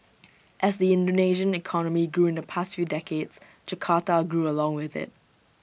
as the Indonesian economy grew in the past few decades Jakarta grew along with IT